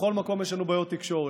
בכל מקום יש לנו בעיות תקשורת.